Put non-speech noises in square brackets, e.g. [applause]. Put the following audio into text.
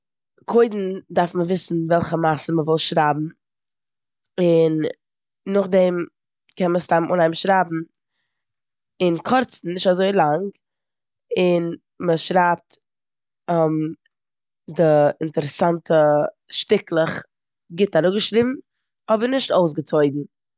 קודם דארף מען וויסן וועלכע מעשה מ'וויל שרייבן און נאכדעם קען מען סתם אנהייבן שרייבן און קורצן, נישט אזוי לאנג, און מ'שרייבט [hesitation] די אינטערעסאנטע שטיקלעך גוט אראפגעשריבן אבער נישט אויסגעצויגן.